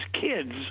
kids